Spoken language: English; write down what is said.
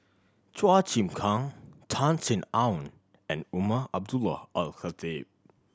Chua Chim Kang Tan Sin Aun and Umar Abdullah Al Khatib